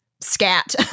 scat